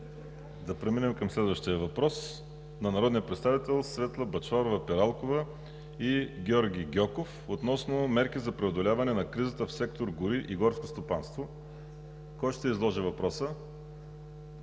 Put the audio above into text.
Да преминем към следващия въпрос – на народните представители Светла Бъчварова-Пиралкова и Георги Гьоков, относно мерки за преодоляване на кризата в сектор „Гори и горско стопанство“. Кой ще изложи въпроса?